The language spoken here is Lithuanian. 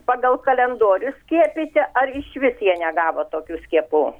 pagal kalendorių skiepyti ar išvis jie negavo tokių skiepų